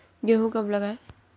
गेहूँ कब लगाएँ?